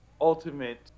ultimate